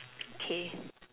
okay